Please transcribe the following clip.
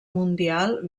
mundial